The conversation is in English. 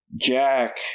Jack